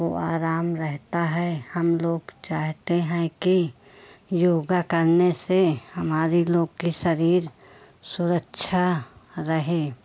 को आराम रहता है हम लोग चाहते हैं कि योगा करने से हमारी लोग की सरीर सुरक्छा रहे